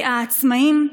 העצמאים,